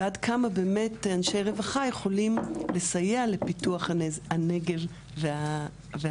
ועד כמה באמת אנשי רווחה יכולים לסייע לפיתוח הנגב והגליל?